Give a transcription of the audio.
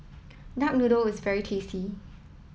duck noodle is very tasty